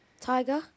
Tiger